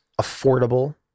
affordable